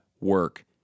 work